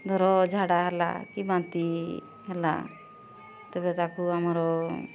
ଧର ଝାଡ଼ା ହେଲା କି ବାନ୍ତି ହେଲା ତେବେ ତାକୁ ଆମର